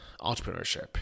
entrepreneurship